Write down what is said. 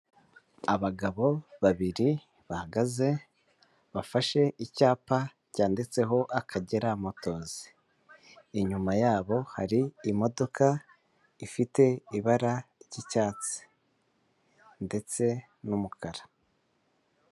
Abagabo babiri bahagaze bafashe icyapa cyanditseho akagera motols, inyuma yabo hari imodoka ifite ibara ry'icyatsi ndetse n'umukara.